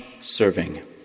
serving